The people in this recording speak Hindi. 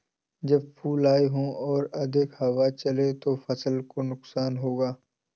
जब फूल आए हों और अधिक हवा चले तो फसल को नुकसान होगा?